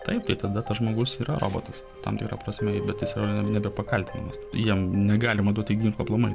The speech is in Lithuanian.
taip tai tada tas žmogus yra robotas tam tikra prasme bet jis yra nepakaltinamas jam negalima duoti ginklo aplamai